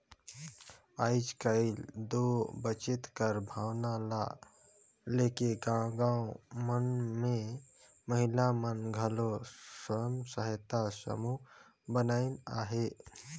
आएज काएल दो बचेत कर भावना ल लेके गाँव गाँव मन में महिला मन घलो स्व सहायता समूह बनाइन अहें